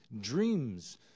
dreams